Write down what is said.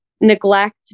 neglect